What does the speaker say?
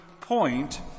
point